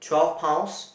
twelve pounds